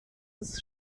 des